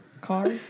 Car